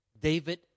David